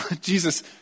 Jesus